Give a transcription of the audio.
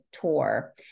tour